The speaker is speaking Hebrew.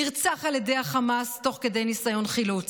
נרצח על ידי החמאס תוך כדי ניסיון חילוץ,